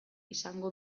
izango